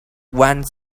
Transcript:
went